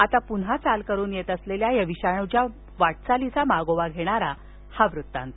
आता पुन्हा चाल करून येत असलेल्या या विषाणूच्या वाटचालीचा मागोवा घेणारा हा वृत्तांत